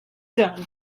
done